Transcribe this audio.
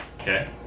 okay